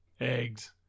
Eggs